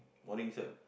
morning sir